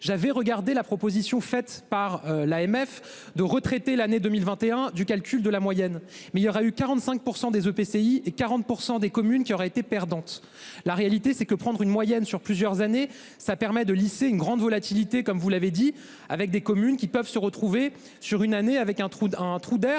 j'avais regardé la proposition faite par l'AMF de retraités. L'année 2021 du calcul de la moyenne, mais il y aura eu 45% des EPCI et 40% des communes qui auraient été perdante. La réalité c'est que prendre une moyenne sur plusieurs années. Ça permet de lisser une grande volatilité comme vous l'avez dit, avec des communes qui peuvent se retrouver sur une année avec un trou,